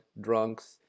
drunks